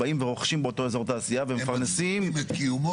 הם באים ורוכשים באותו אזור תעשייה ומפרנסים --- הם מצדיקים את קיומו.